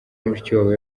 mushikiwabo